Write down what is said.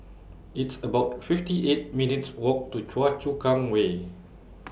It's about fifty eight minutes' Walk to Choa Chu Kang Way